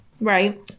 Right